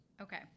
Okay